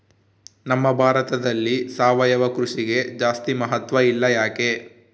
ನಮ್ಮ ಭಾರತದಲ್ಲಿ ಸಾವಯವ ಕೃಷಿಗೆ ಜಾಸ್ತಿ ಮಹತ್ವ ಇಲ್ಲ ಯಾಕೆ?